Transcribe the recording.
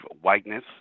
whiteness